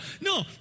no